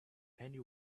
penny